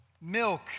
milk